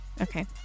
Okay